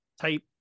type